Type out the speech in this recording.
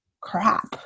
crap